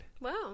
Wow